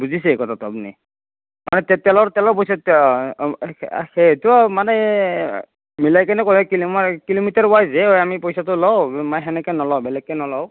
বুজিছে কথাটো আপুনি মানে তে তেলৰ তেলৰ পইচাটো সেইটো মানে মিলাই কিনে কিলোমিটাৰ ৱাইজহে হয় আমি পইচাটো লওঁ সেনেকৈ নলওঁ বেলেগকৈ নলওঁ